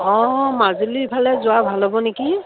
অঁ মাজুলী ইফালে যোৱা ভাল হ'ব নেকি